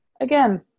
again